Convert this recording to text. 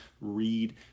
read